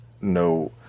no